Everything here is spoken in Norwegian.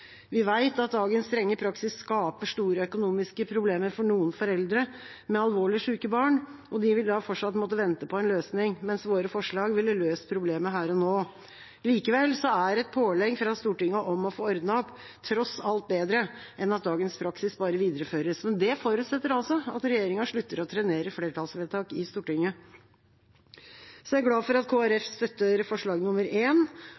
Vi vet at dagens strenge praksis skaper store økonomiske problemer for noen foreldre med alvorlig syke barn, og de vil da fortsatt måtte vente på en løsning, mens våre forslag ville løst problemet her og nå. Likevel er et pålegg fra Stortinget om å få ordnet opp tross alt bedre enn at dagens praksis bare videreføres. Men det forutsetter at regjeringa slutter å trenere flertallsvedtak i Stortinget. Jeg er glad for at